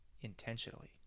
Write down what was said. intentionally